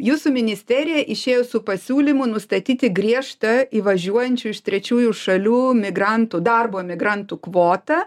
jūsų ministerija išėjo su pasiūlymu nustatyti griežta įvažiuojančių iš trečiųjų šalių migrantų darbo migrantų kvotą